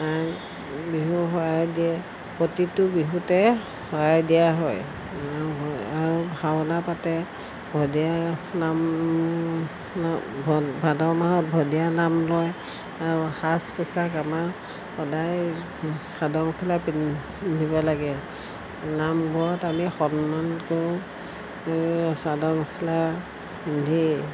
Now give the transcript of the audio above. বিহু শৰাই দিয়ে প্ৰতিটো বিহুতে শৰাই দিয়া হয় আৰু ভাওনা পাতে ভদীয়া নাম ভাদ মাহত ভদীয়া নাম লয় আৰু সাজ পোছাক আমাৰ সদায় চাদৰ মেখেলা পিন্ধি পিন্ধিব লাগে নামঘৰত আমি সন্মান কৰোঁ চাদৰ মেখেলা পিন্ধি